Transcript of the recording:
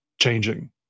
changing